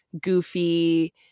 goofy